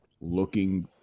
looking